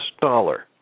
dollar